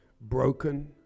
broken